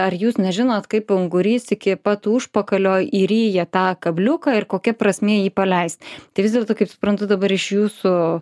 ar jūs nežinot kaip ungurys iki pat užpakalio įryja tą kabliuką ir kokia prasmė jį paleist tai vis dėlto kaip suprantu dabar iš jūsų